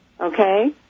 Okay